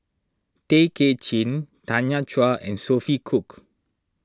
Tay Kay Chin Tanya Chua and Sophia Cooke